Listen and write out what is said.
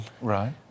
Right